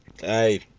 Hey